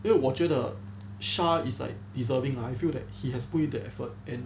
因为我觉得 shah is like deserving lah I feel that he has put the effort and